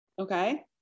Okay